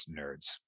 Nerds